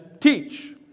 teach